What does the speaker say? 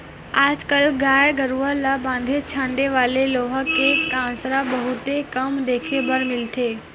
आज कल गाय गरूवा ल बांधे छांदे वाले लोहा के कांसरा बहुते कम देखे बर मिलथे